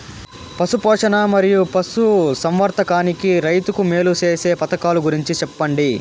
పశు పోషణ మరియు పశు సంవర్థకానికి రైతుకు మేలు సేసే పథకాలు గురించి చెప్పండి?